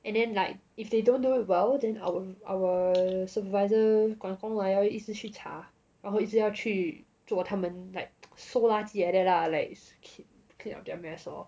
and then like if they don't do well then our our supervisor 管工来一直去查然后一直要去做他们 like 收垃圾 like that lah like keep clear up their mess lor